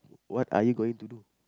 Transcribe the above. what are you going to do